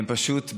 זה פשוט,